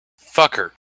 Fucker